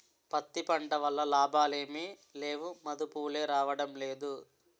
పత్తి పంట వల్ల లాభాలేమి లేవుమదుపులే రాడంలేదు